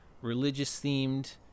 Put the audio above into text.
religious-themed